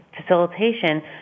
facilitation